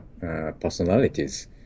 personalities